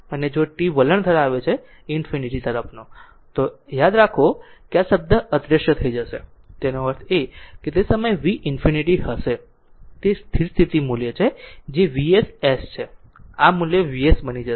જો t વલણ ધરાવે છે ∞ તો તેનો અર્થ એ કે આ શબ્દ અદ્રશ્ય થઈ જશે એનો અર્થ એ કે તે સમયે V ∞ હશે તે સ્થિર સ્થિતિ મૂલ્ય છે જે Vss છે આ મૂલ્ય Vs બની જશે